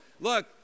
Look